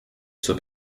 zur